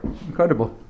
Incredible